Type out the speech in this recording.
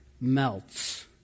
melts